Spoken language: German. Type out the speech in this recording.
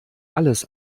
alles